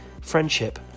friendship